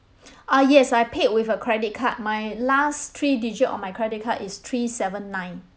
uh yes I paid with a credit card my last three digit on my credit card is three seven nine